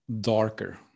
darker